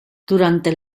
durante